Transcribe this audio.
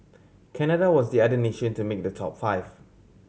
Canada was the other nation to make the top five